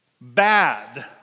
bad